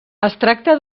tracta